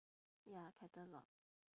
ya catalogue